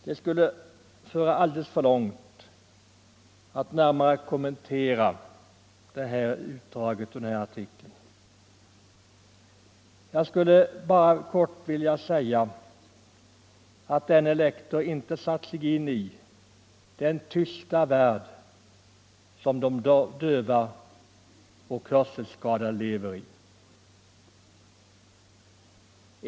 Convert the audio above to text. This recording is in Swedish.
Det skulle föra alldeles för långt att närmare kommentera den citerade artikeln. Jag skulle bara kort vilja säga att denne lektor inte satt sig in i den tysta värld som de döva och hörselskadade lever i.